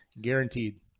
guaranteed